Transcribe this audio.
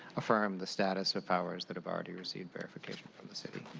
affirm the status of flowers that have already received verification from the city.